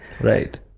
Right